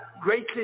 greatly